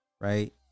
Right